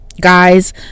guys